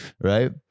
Right